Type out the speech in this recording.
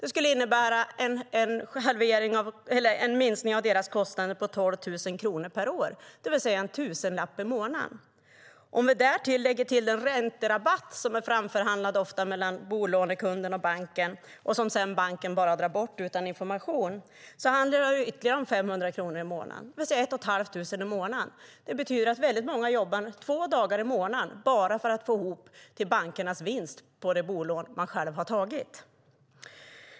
Det skulle innebära en minskning av kostnaderna på 12 000 kronor per år, det vill säga en tusenlapp i månaden. Det betyder att många jobbar två dagar i månaden bara för att få ihop till bankernas vinst på det bolån de själva har tagit.